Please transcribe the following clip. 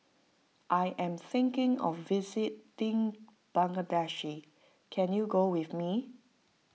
I am thinking of visiting Bangladesh can you go with me